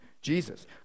Jesus